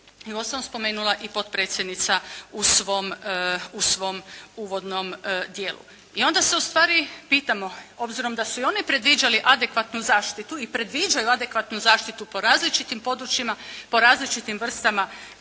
je uostalom spomenula i potpredsjednica u svom uvodnom dijelu. I onda se ustvari pitamo, obzirom da su i oni predviđali adekvatnu zaštitu i predviđaju adekvatnu zaštitu po različitim područjima, po različitim vrstama